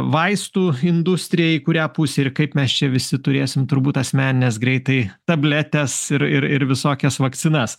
vaistų industrija į kurią pusę ir kaip mes čia visi turėsim turbūt asmenines greitai tabletes ir ir ir visokias vakcinas